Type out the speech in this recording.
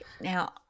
Now